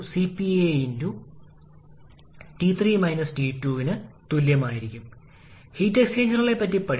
നിങ്ങൾ ഈ കണക്കുകൂട്ടലുകളെല്ലാം സ്വയം ചെയ്യുക ഈ സംഖ്യകളുടെ കൃത്യത പരിശോധിക്കുന്നതിന് ഇവ ഏകദേശ സംഖ്യകൾ മാത്രമാണ്